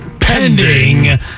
Pending